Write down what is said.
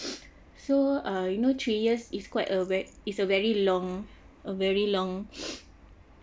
so uh you know three years is quite a ver~ it's a very long a very long